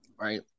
right